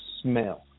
smell